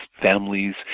families